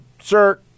Sir